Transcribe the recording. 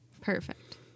Perfect